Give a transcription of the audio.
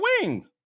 wings